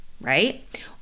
right